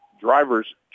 Drivers